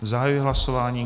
Zahajuji hlasování.